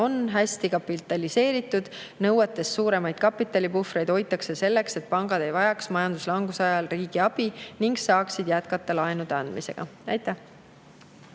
on hästi kapitaliseeritud. Nõuetest suuremaid kapitalipuhvreid hoitakse selleks, et pangad ei vajaks majanduslanguse ajal riigi abi ning saaksid jätkata laenude andmist. Aitäh!